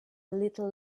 little